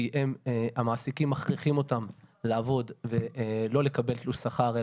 כי הם המעסיקים מכריחים אותם לעבוד ולא לקבל תלוש שכר,